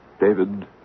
David